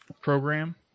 program